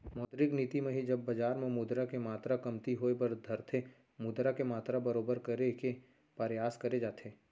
मौद्रिक नीति म ही जब बजार म मुद्रा के मातरा कमती होय बर धरथे मुद्रा के मातरा बरोबर करे के परयास करे जाथे